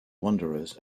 wanderers